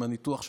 עם הניתוח שלך,